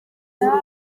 w’urugo